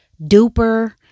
duper